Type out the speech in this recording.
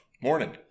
Morning